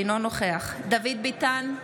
אינו נוכח דוד ביטן,